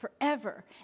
forever